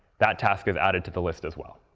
that task is added to the list as well.